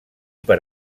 per